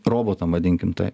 robotam vadinkim tai